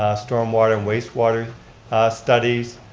ah storm water and wastewater studies.